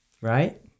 Right